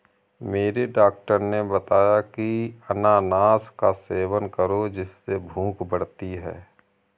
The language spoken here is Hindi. मेरे डॉक्टर ने बताया की अनानास का सेवन करो जिससे भूख बढ़ती है